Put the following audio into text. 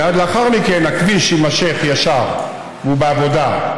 מייד לאחר מכן הכביש יימשך ישר, הוא בעבודה,